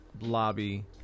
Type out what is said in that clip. lobby